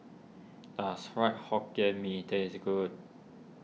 does Fried Hokkien Mee taste good